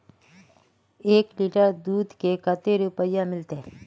एक लीटर दूध के कते रुपया मिलते?